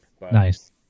Nice